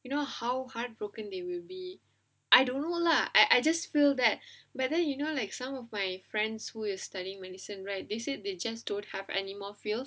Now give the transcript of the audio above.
you know how heartbroken they will be I don't know lah I I just feel that whether you know like some of my friends who is studying medicine right they said they just don't have any more feel